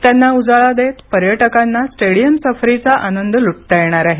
त्यांना उजाळा देत पर्यटकांना स्टेडियमच्या सफरीचा आनंद लुटता येणार आहे